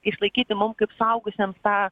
išlaikyti mum kaip suaugusiam tą